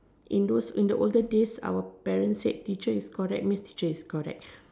in those in the olden days when our parents say teacher is correct that means teacher is correct